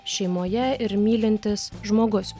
šeimoje ir mylintis žmogus